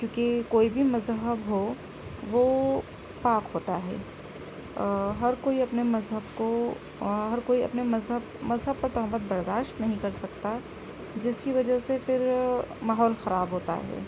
کیوںکہ کوئی بھی مذہب ہو وہ پاک ہوتا ہے ہر کوئی اپنے مذہب کو ہر کوئی اپنے مذہب مذہب پر تہمت برداشت نہیں کر سکتا جس کی وجہ سے پھر ماحول خراب ہوتا ہے